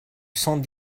cent